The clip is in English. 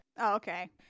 Okay